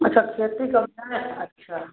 अच्छा खेती कब्जियाए हैं अच्छा